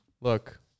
look